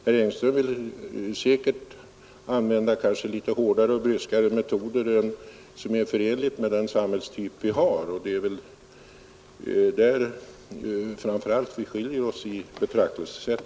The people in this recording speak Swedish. Herr Engström vill säkert använda litet hårdare och bryskare metoder än vad som är förenligt med den samhällstyp vi har. Det är väl framför allt där vi skiljer oss åt i betraktelsesätt.